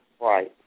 Right